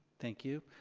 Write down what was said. thank you.